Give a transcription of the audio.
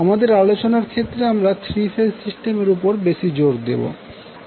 আমাদের আলোচনার ক্ষেত্রে আমরা 3 ফেজ সিস্টেমের উপর বেশি জোর দেবো